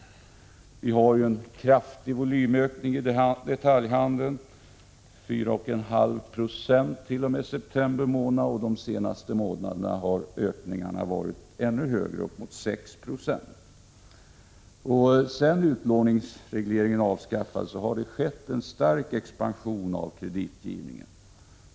Vi har en kraftig volymökning i detaljhandeln — 4,5 90 t.o.m. september månad, och de senaste månaderna har ökningen varit ännu högre. Sedan utlåningsregleringen avskaffades har det skett en stark expansion av kreditgivningen.